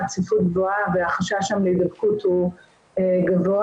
הצפיפות גבוהה והחשש שם להידבקות גבוה.